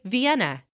Vienna